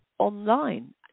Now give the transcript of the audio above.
online